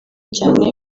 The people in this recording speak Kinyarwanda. cyane